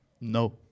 No